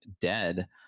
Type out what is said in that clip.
dead